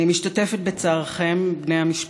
אני משתתפת בצערכם, בני המשפחה.